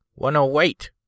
108